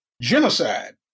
genocide